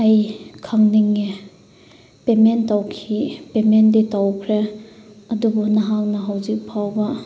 ꯑꯩ ꯈꯪꯅꯤꯡꯉꯦ ꯄꯦꯃꯦꯟ ꯇꯧꯈꯤ ꯄꯦꯃꯦꯟꯗꯤ ꯇꯧꯈ꯭ꯔꯦ ꯑꯗꯨꯕꯨ ꯅꯍꯥꯛꯅ ꯍꯧꯖꯤꯛꯐꯥꯎꯕ